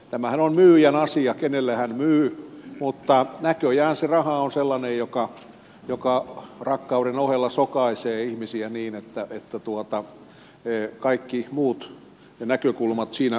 tämähän on myyjän asia kenelle hän myy mutta näköjään se raha on sellainen joka rakkauden ohella sokaisee ihmisiä niin että kaikki muut näkökulmat siinä unohtuvat